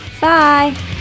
Bye